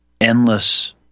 endless